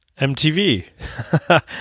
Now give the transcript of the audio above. MTV